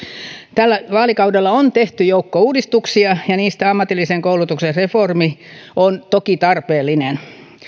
tällä vaalikaudella on tehty joukko uudistuksia ja niistä ammatillisen koulutuksen reformi on toki tarpeellinen